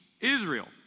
Israel